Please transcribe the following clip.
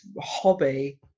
hobby